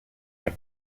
your